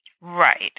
Right